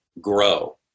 grow